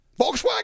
Volkswagen